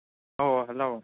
ꯑꯧ ꯍꯜꯂꯣ